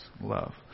love